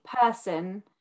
person